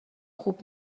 خوب